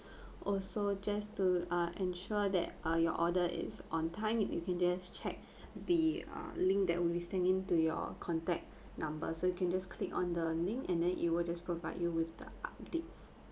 also just to uh ensure that uh your order is on time you you can just check the uh link that we send in to your contact number so you can just click on the link and then it will just provide you with the updates